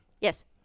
Yes